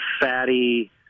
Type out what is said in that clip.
fatty